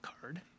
card